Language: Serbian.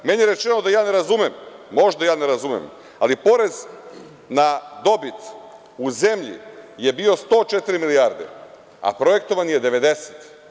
Meni je rečeno da ja ne razumem, možda ne razumem, ali porez na dobit u zemlji je bio 104 milijarde, a projektovani je 90.